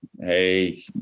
hey